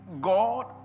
God